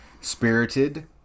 *Spirited*